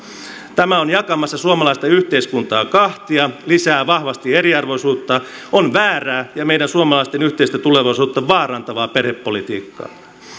tämä on jakamassa suomalaista yhteiskuntaa kahtia lisää vahvasti eriarvoisuutta on väärää ja meidän suomalalaisten yhteistä tulevaisuutta vaarantavaa perhepolitiikkaa